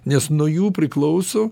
nes nuo jų priklauso